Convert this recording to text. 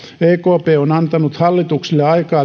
ekp on antanut hallituksille aikaa